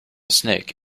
snake